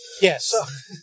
Yes